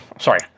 sorry